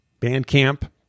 Bandcamp